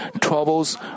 troubles